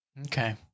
Okay